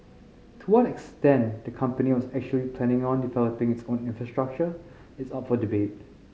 to what extent the company was actually planning on developing its own infrastructure is up for debate